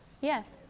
yes